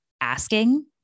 asking